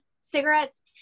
cigarettes